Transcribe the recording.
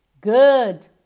Good